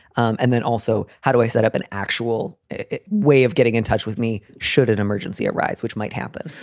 um and then also, how do i set up an actual way of getting in touch with me? should an emergency arise, which might happen?